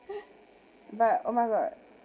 but oh my god